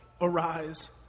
arise